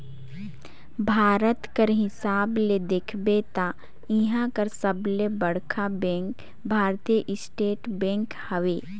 भारत कर हिसाब ले देखबे ता इहां कर सबले बड़खा बेंक भारतीय स्टेट बेंक हवे